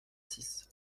six